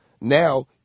Now